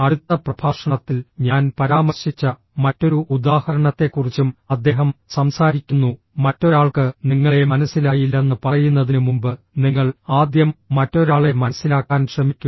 അടുത്ത പ്രഭാഷണത്തിൽ ഞാൻ പരാമർശിച്ച മറ്റൊരു ഉദാഹരണത്തെക്കുറിച്ചും അദ്ദേഹം സംസാരിക്കുന്നു മറ്റൊരാൾക്ക് നിങ്ങളെ മനസ്സിലായില്ലെന്ന് പറയുന്നതിനുമുമ്പ് നിങ്ങൾ ആദ്യം മറ്റൊരാളെ മനസിലാക്കാൻ ശ്രമിക്കുക